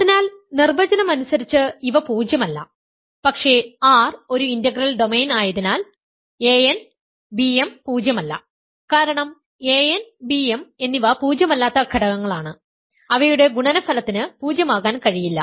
അതിനാൽ നിർവചനം അനുസരിച്ച് ഇവ പൂജ്യമല്ല പക്ഷേ R ഒരു ഇന്റഗ്രൽ ഡൊമെയ്ൻ ആയതിനാൽ പൂജ്യം അല്ല കാരണം an bm എന്നിവ പൂജ്യമല്ലാത്ത ഘടകങ്ങളാണ് അവയുടെ ഗുണനഫലത്തിന് പൂജ്യമാകാൻ കഴിയില്ല